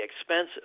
expensive